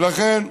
ולכן,